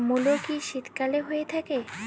মূলো কি শীতকালে হয়ে থাকে?